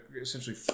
essentially